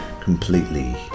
completely